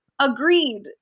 Agreed